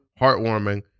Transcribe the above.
heartwarming